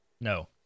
No